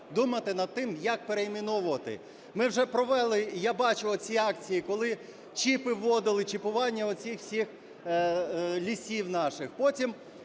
думати над тим, як перейменовувати. Ми вже провели, я бачу оці акції, коли чіпи вводили, чіпування оцих всіх лісів наших. Потім,